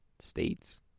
states